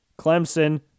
Clemson